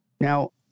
Now